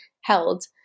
held